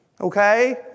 okay